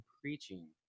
preaching